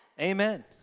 Amen